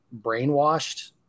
brainwashed